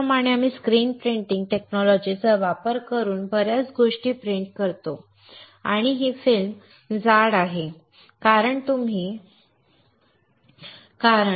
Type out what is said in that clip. त्याचप्रमाणे आम्ही screen printing तंत्रज्ञान वापरून बर्याच गोष्टी प्रिंट करतो आणि ही जाड फिल्म आहे